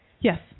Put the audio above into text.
Yes